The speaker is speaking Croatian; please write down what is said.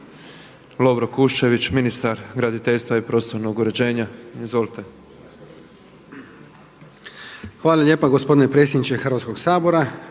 Hvala lijepa gospodine potpredsjedniče Hrvatskog sabora,